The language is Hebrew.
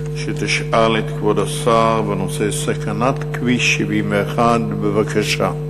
שתשאל את כבוד השר בנושא: סכנת כביש 71. בבקשה.